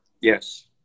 Yes